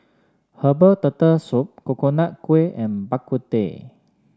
Herbal Turtle Soup Coconut Kuih and Bak Kut Teh